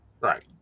Right